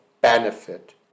benefit